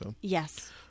Yes